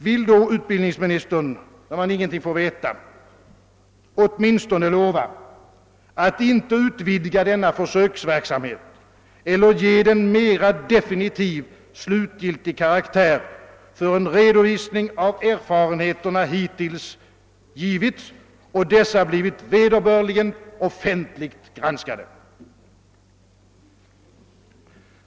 Vill då utbildningsministern, när man ingenting får veta, åtminstone lova att inte utvidga denna försöksverksamhet eller ge den mera slutgiltig karaktär förrän redovisningar av erfarenheterna hittills givits och dessa blivit vederbörligen offentligt granskade?